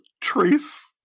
trace